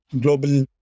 global